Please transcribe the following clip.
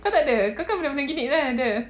kau takde kau benda-benda gini kan ada